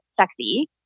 sexy